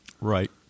Right